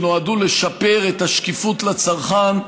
שנועדו לשפר את השקיפות לצרכן,